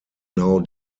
now